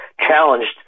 challenged